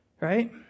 right